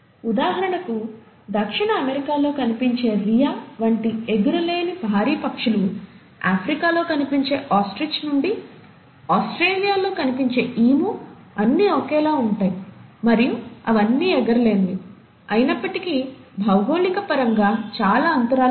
ఉదాహరణకు దక్షిణ అమెరికాలో కనిపించే రియా వంటి ఎగరలేని భారీ పక్షులు ఆఫ్రికాలో కనిపించే ఆస్ట్రిచ్ నుండి ఆస్ట్రేలియాలో కనిపించే ఈము అన్నీ ఒకేలా ఉంటాయి మరియు అవి అన్నీ ఎగరలేనివి అయినప్పటికీ భౌగోళిక పరంగా చాలా అంతరాలు ఉన్నాయి